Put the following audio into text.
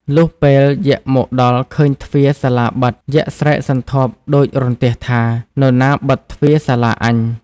លុះពេលយក្សមកដល់ឃើញទ្វារសាលាបិទ យក្សស្រែកសន្ធាប់ដូចរន្ទះថា "នរណាបិទទ្វារសាលាអញ?”។